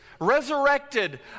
resurrected